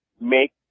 make